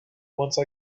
once